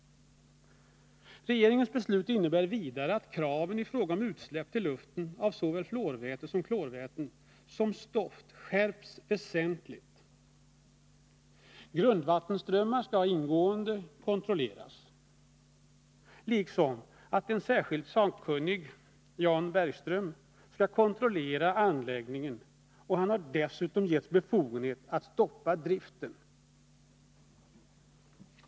Regeringens beslut innebär vidare att kraven i fråga om utsläpp i luften av såväl fluorväte och klorväte som stoft skärpts väsentligt. Grundvattensströmmar skall ingående kontrolleras. En särskild sakkunnig, Jan Bergström, skall kontrollera anläggningen. Han har dessutom getts befogenhet att stoppa driften.